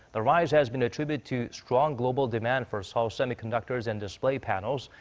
the rise has been attributed to strong global demand for seoul's semiconductors and display panels.